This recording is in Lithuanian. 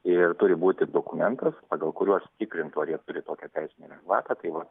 ir turi būti dokumentas pagal kuriuos tikrintų ar jie turi tokią teisinę lengvatą tai vat